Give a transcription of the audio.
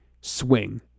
swing